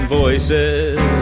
voices